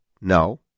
No